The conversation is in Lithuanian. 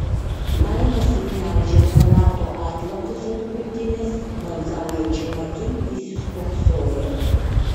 laima sugniaužė chalato atlapus ant krūtinės maldaujančiom akim įsispoksojo